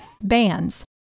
Bands